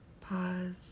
pause